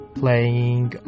playing